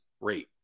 rate